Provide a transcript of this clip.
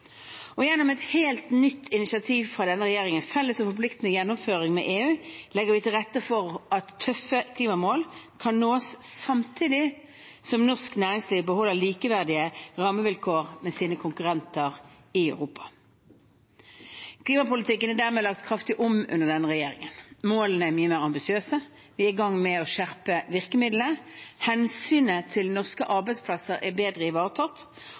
Gjennom et helt nytt initiativ fra denne regjeringen – felles og forpliktende gjennomføring med EU – legger vi til rette for at tøffe klimamål kan nås samtidig som norsk næringsliv beholder likeverdige rammevilkår som sine konkurrenter i Europa. Klimapolitikken er dermed lagt kraftig om under denne regjeringen. Målene er mye mer ambisiøse, vi er i gang med å skjerpe virkemidlene, hensynet til norske arbeidsplasser er bedre ivaretatt,